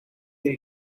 they